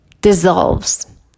dissolves